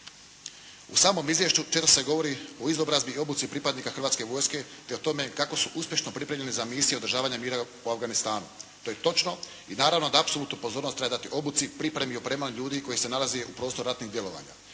U samom izvješću često se govori o izobrazbi i obuci pripadnika Hrvatske vojske, te o tome kako su uspješno pripremljeni za misije održavanja mira u Afganistanu. To je točno i naravno da apsolutnu pozornost treba dati obuci, pripremi i opremanju ljudi koji se nalazi u prostoru ratnih djelovanje.